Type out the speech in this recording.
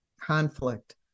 conflict